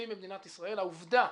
אין דבר, בעיניי,